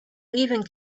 leaving